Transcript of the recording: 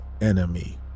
enemy